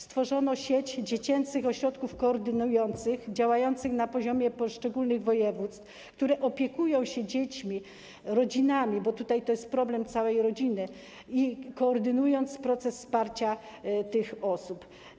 Stworzono sieć dziecięcych ośrodków koordynujących, działających na poziomie poszczególnych województw, które opiekują się dziećmi, rodzinami -to jest problem całej rodziny - koordynując proces wspierania tych osób.